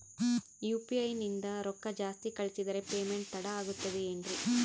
UPI ನಿಂದ ರೊಕ್ಕ ಜಾಸ್ತಿ ಕಳಿಸಿದರೆ ಪೇಮೆಂಟ್ ತಡ ಆಗುತ್ತದೆ ಎನ್ರಿ?